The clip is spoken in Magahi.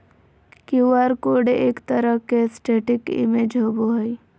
क्यू आर कोड एक तरह के स्टेटिक इमेज होबो हइ